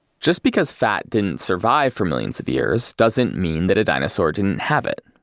just because fat didn't survive for millions of years, doesn't mean that a dinosaur didn't have it.